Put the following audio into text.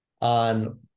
on